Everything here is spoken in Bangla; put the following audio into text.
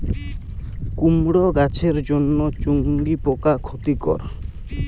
কুমড়ো গাছের জন্য চুঙ্গি পোকা ক্ষতিকর?